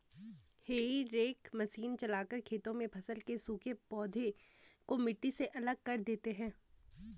हेई rake machine चलाकर खेतों में फसल के सूखे पौधे को मिट्टी से अलग कर देते हैं